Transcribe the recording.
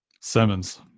Simmons